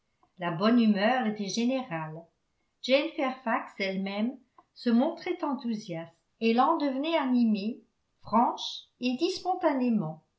la bonne humeur était générale jane fairfax elle-même se montrait enthousiaste elle en devenait animée franche et